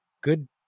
good